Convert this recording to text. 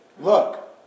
Look